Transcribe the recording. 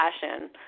passion